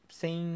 sem